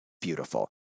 beautiful